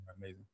amazing